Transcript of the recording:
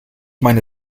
meine